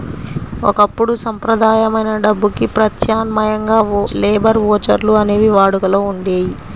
ఒకప్పుడు సంప్రదాయమైన డబ్బుకి ప్రత్యామ్నాయంగా లేబర్ ఓచర్లు అనేవి వాడుకలో ఉండేయి